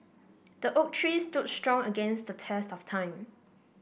the oak tree stood strong against the test of time